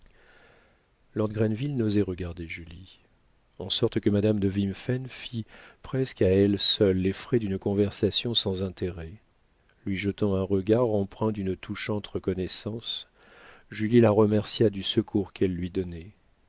lord grenville n'osait regarder julie en sorte que madame de wimphen fit presque à elle seule les frais d'une conversation sans intérêt lui jetant un regard empreint d'une touchante reconnaissance julie la remercia du secours qu'elle lui donnait